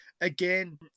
again